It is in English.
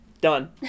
done